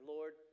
Lord